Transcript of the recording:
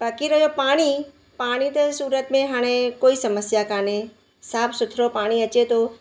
बाक़ी रहियो पाणी पाणी त सूरत में हाणे कोई समस्या कोन्हे साफ़ु सुथिरो पाणी अचे थो